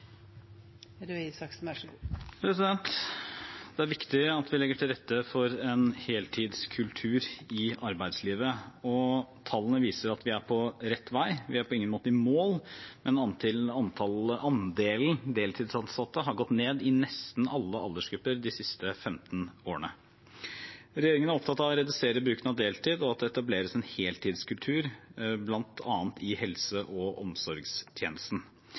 Det er viktig at vi legger til rette for en heltidskultur i arbeidslivet. Tallene viser at vi er på rett vei. Vi er på ingen måte i mål, men andelen deltidsansatte har gått ned i nesten alle aldersgrupper de siste 15 årene. Regjeringen er opptatt av å redusere bruken av deltid og at det etableres en heltidskultur bl.a. i helse- og omsorgstjenesten.